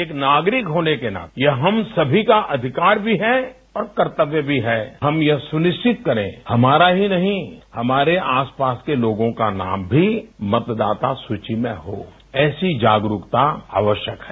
एक नागरिक होने के नाते यह हम सभी का अधिकार भी है और कर्तव्य भी है हम यह सुनिश्चित करें हमारा ही नहीं हमारे आस पास के लोगों का नाम भी मतदाता सूची में हो ऐसी जागरूकता आवश्यक है